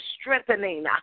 strengthening